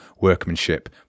workmanship